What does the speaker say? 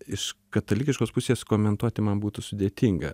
iš katalikiškos pusės komentuoti man būtų sudėtinga